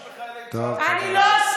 את לא עושה שימוש בחיילי צה"ל, אני לא עושה.